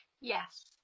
Yes